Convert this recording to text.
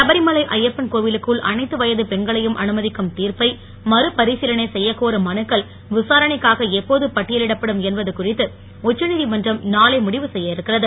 சபரிமலை ஐயப்பன் கோவிலுக்குள் அனைத்து வயது பெண்களையும் அனுமதிக்கும் தீர்ப்பை மறுபரிசீலனை செய்யக் கோரும் மனுக்கள் விசாரணைக்காக எப்போது பட்டியலிடப்படும் என்பது குறித்து உச்சநீதிமன்றம் நாளை முடிவு செய்ய இருக்கிறது